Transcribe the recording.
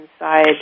inside